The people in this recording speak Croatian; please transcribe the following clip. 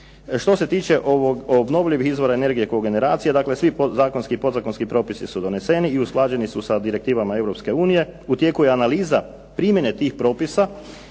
Što se tiče obnovljivih izvora energije .../Govornik se ne razumije./... dakle svi zakonski i podzakonski propisi su doneseni i usklađeni su sa direktivama Europske unije. U tijeku je analiza primjene tih propisa